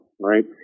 right